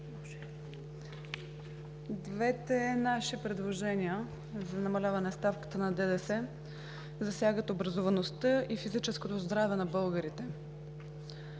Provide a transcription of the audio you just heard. Двете наши предложения за намаляване на ставката на ДДС засягат образоваността и физическото здраве на българите.